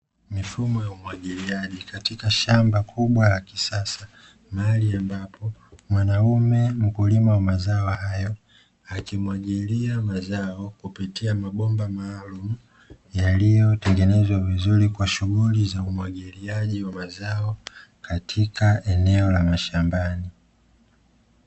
Mifumo ya umwagiliaji katika shamba kubwa la kisasa mahali ambapo mwanaume mkulima wa mazao hayo, akimwagilia mazao kupitia mabomba maalum yaliyotengenezwa vizuri kwa shughuli za umwagiliaji wa mazao katika eneo la mashambani.